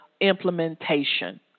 implementation